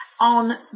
on